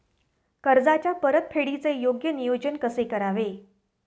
कर्जाच्या परतफेडीचे योग्य नियोजन कसे करावे?